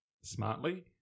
smartly